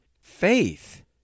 faith